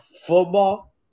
football